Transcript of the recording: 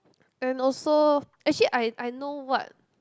and also actually I I know what